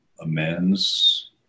amends